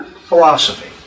philosophy